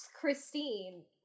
Christine